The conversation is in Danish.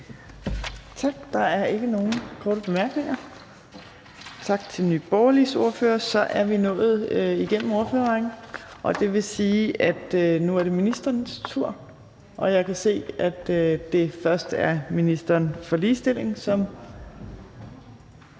Tak. Der er ikke nogen korte bemærkninger. Tak til Nye Borgerliges ordfører. Så er vi nået igennem ordførerrækken, og det vil sige, at det nu er ministerens tur. Jeg kan se, at det først er ministeren for ligestilling, som